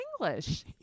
English